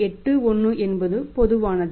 81 என்பது பொதுவானது